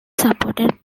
supported